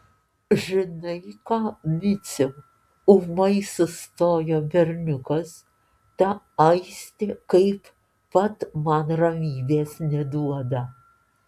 žinai ką miciau ūmai sustojo berniukas ta aistė kaip pat man ramybės neduoda